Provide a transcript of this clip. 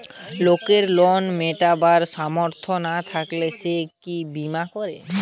লোকের লোন মিটাবার সামর্থ না থাকলে সে এই বীমা করে